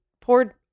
poured